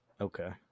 okay